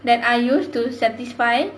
that I used to satisfy